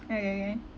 ya ya ya